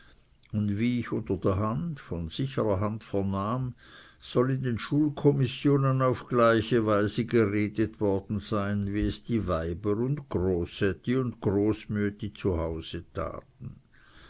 und wie ich unter der hand von sicherer hand vernahm soll in den schulkommissionen auf gleiche weise geredet worden sein wie es die weiber und großätti und großmüetti zu